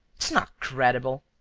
it's not credible!